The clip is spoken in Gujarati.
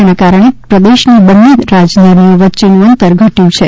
જેના કારણે પ્રદેશની બંને રાજધાનીઓ વચ્ચેનુ અંતર ધટયુ છે